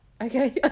Okay